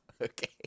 Okay